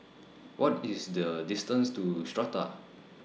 What IS The distance to Strata